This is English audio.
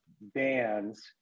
bands